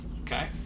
Okay